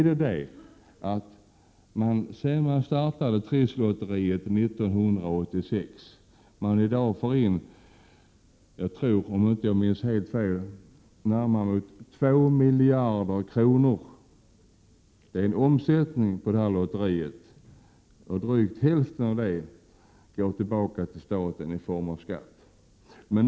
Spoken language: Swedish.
Sedan man startade Trisslotteriet 1986 har omsättningen på lotteriet varit närmare 2 miljarder kronor. Drygt hälften av detta går tillbaka till staten i form av skatt.